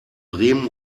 bremen